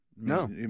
No